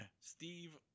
Steve